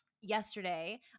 yesterday